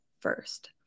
first